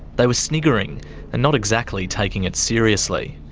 they were sniggering and not exactly taking it seriously.